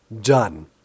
Done